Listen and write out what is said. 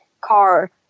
car